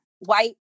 white